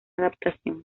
adaptación